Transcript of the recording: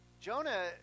Jonah